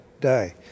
day